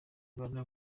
uganda